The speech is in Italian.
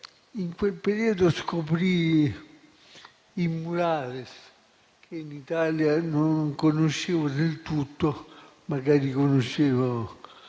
In quel periodo scoprii i *murales* che in Italia non conoscevo del tutto, magari conoscevo